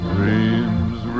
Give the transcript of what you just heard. Dreams